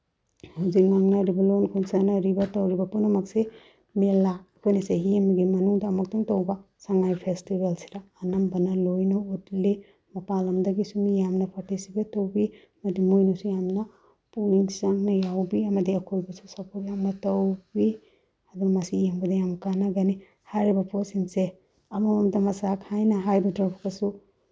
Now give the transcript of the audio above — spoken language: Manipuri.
ꯍꯧꯖꯤꯛ ꯉꯥꯡꯅꯔꯤꯕ ꯂꯣꯟ ꯑꯩꯈꯣꯏ ꯆꯥꯅꯔꯤꯕ ꯇꯧꯔꯤꯕ ꯄꯨꯝꯅꯃꯛꯁꯤ ꯃꯦꯂꯥ ꯑꯩꯈꯣꯏꯅ ꯆꯍꯤ ꯑꯃꯒꯤ ꯃꯅꯨꯡꯗ ꯑꯃꯨꯛꯇꯪ ꯇꯧꯕ ꯁꯉꯥꯏ ꯐꯦꯁꯇꯤꯚꯦꯜꯁꯤꯗ ꯑꯅꯝꯕꯅ ꯂꯣꯏꯅ ꯎꯠꯂꯤ ꯃꯄꯥꯜ ꯂꯝꯗꯒꯤꯁꯨ ꯃꯤ ꯌꯥꯝꯅ ꯄꯥꯔꯇꯤꯁꯤꯄꯦꯠ ꯇꯧꯕꯤ ꯃꯗꯨ ꯃꯣꯏꯅꯁꯨ ꯌꯥꯝꯅ ꯄꯨꯛꯅꯤꯡ ꯆꯪꯅ ꯌꯥꯎꯕꯤ ꯑꯃꯗꯤ ꯑꯩꯈꯣꯏꯕꯨꯁꯨ ꯁꯄꯣꯔꯠ ꯌꯥꯝꯅ ꯇꯧꯕꯤ ꯑꯗꯨ ꯃꯁꯤ ꯌꯦꯡꯚꯗ ꯌꯥꯝ ꯀꯥꯟꯅꯒꯅꯤ ꯍꯥꯏꯔꯤꯕ ꯄꯣꯠꯁꯤꯡꯁꯦ ꯑꯃꯃꯝꯇ ꯃꯁꯥ ꯈꯥꯏꯅ ꯍꯥꯏꯔꯨꯗ꯭ꯔꯒꯁꯨ